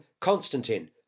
Constantine